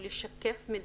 לשתף מידע.